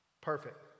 Perfect